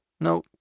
No